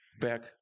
back